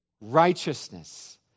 righteousness